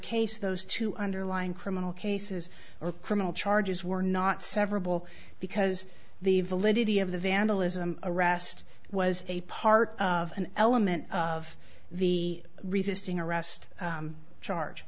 case those two underlying criminal cases or criminal charges were not severable because the validity of the vandalism arrest was a part of an element of the resisting arrest charge